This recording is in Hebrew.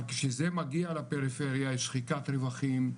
אבל כשזה מגיע לפריפריה יש שחיקת רווחים,